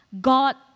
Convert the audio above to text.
God